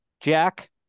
Jack